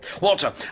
Walter